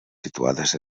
situades